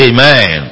Amen